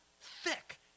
thick